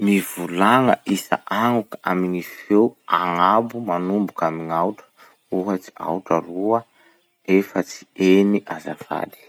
Mivola isa agnoky misy feo amy gny feo agnabo manomboky amy gn'aotra. Ohatsy: aotra, roa, efatsy, eny, azafady.